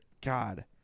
God